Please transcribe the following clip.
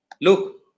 Look